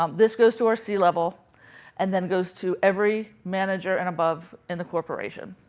um this goes to our c-level and then goes to every manager and above in the corporation.